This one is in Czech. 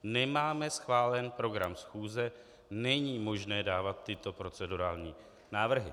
Nemáme schválen program schůze, není možné dávat tyto procedurální návrhy.